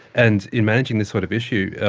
and in managing this sort of issue,